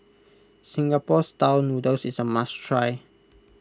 Singapore Style Noodles is a must try